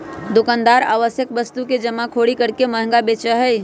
दुकानदार आवश्यक वस्तु के जमाखोरी करके महंगा बेचा हई